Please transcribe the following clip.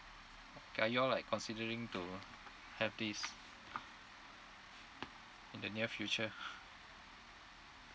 are you all like considering to have this in the near future